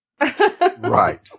Right